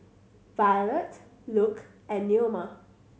Violette Luke and Neoma